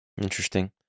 Interesting